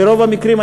ברוב המקרים,